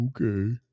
okay